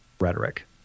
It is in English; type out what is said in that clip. rhetoric